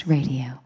Radio